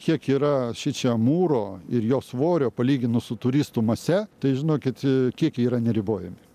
kiek yra šičia mūro ir jo svorio palyginus su turistų mase tai žinokit kiekiai yra neribojami